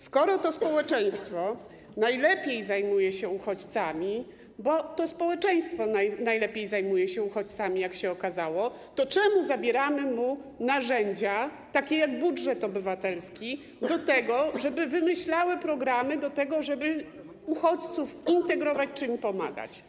Skoro to społeczeństwo najlepiej zajmuje się uchodźcami, bo to społeczeństwo najlepiej zajmuje się uchodźcami, jak się okazało, to czemu zabieramy mu narzędzia takie jak budżet obywatelski do tego, żeby wymyślało programy, żeby uchodźców integrować czy im pomagać.